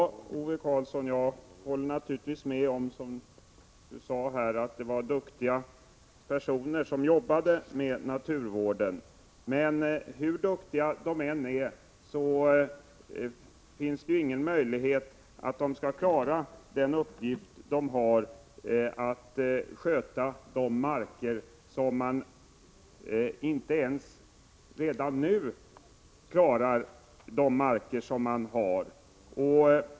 Herr talman! Jag håller naturligtvis med Ove Karlsson om att det är duktiga personer som jobbar med naturvård. Men hur duktiga de än är, finns det ingen möjlighet för dem att klara utökade arbetsuppgifter, eftersom de inte klarar de marker de nu har att sköta.